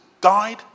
died